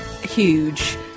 huge